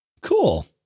Cool